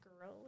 girl